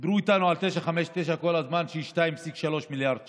דיברו איתנו ב-959 כל הזמן על 2.3 מיליארד שקל.